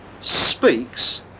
speaks